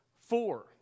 four